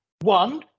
One